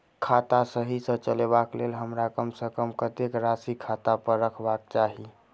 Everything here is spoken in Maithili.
खाता सही सँ चलेबाक लेल हमरा कम सँ कम कतेक राशि खाता पर रखबाक चाहि?